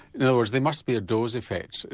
you know words there must be a dose effect,